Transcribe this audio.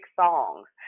songs